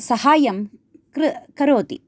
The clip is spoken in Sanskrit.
साहाय्यं कृ करोति